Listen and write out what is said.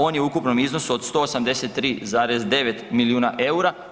On je u ukupnom iznosu od 183,9 milijuna eura.